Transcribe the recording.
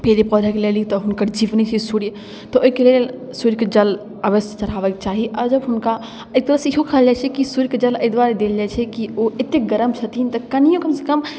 पेड़ पौधाके लेल तऽ ई हुनकर जीवने छै सूर्य तऽ ओहिके लेल सूर्यके जल अवश्य चढ़ाबैके चाही आओर जब हुनका एक तरहसँ इहो कहल जाइ छै कि सूर्यके जल एहि दुआरे देल जाइ छै कि ओ एतेक गरम छथिन कनिओ कमसँ कम